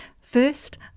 First